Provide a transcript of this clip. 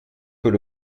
peut